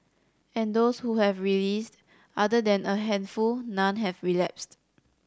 and those who have released other than a handful none have relapsed